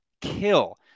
kill